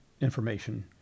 information